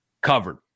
covered